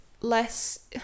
less